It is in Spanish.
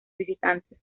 visitantes